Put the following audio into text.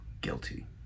guilty